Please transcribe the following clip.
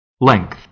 length